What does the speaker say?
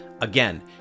Again